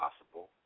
possible